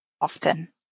Often